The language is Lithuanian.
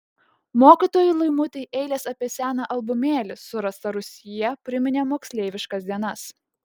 mokytojai laimutei eilės apie seną albumėlį surastą rūsyje priminė moksleiviškas dienas